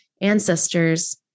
ancestors